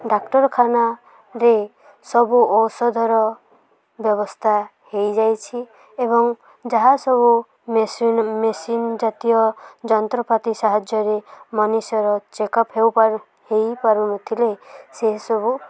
ଡ଼ାକ୍ତରଖାନାରେ ସବୁ ଔଷଧର ବ୍ୟବସ୍ଥା ହୋଇଯାଇଛି ଏବଂ ଯାହା ସବୁ ମେସିନ୍ ମେସିନ୍ ଜାତୀୟ ଯନ୍ତ୍ରପାତି ସାହାଯ୍ୟରେ ମଣିଷର ଚେକ୍ ଅପ୍ ହେଉପାରୁ ହୋଇପାରୁନଥିଲେ ସେସବୁ